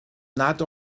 nad